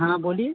हाँ बोलिए